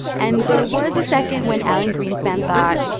and there was a second when alan greenspan thought,